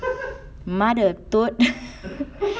mother toot